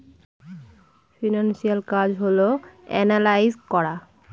financial কাজ হল analyse করা